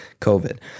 COVID